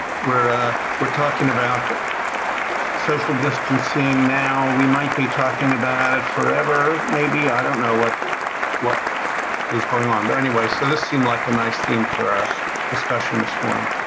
we're we're talking about social distancing now, we might be talking about it forever, maybe. i don't know what what is going on. but, anyway, so this seemed like a nice theme for our discussion this morning.